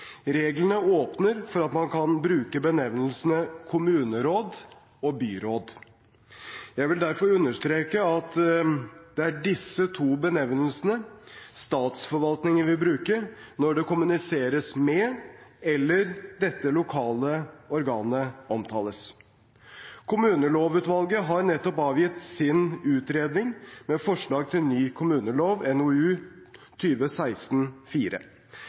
Reglene åpner for at man kan bruke benevnelsene «kommuneråd» og «byråd». Jeg vil derfor understreke at det er disse to benevnelsene statsforvaltningen vil bruke når det kommuniseres med dette lokale organet, eller når det omtales. Kommunelovutvalget har nettopp avgitt sin utredning med forslag til ny kommunelov, NOU